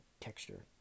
texture